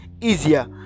easier